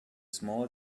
small